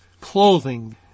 clothing